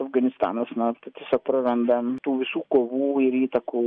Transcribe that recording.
afganistanas na tiesiog praranda tų visų kovų ir įtakų